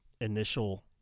initial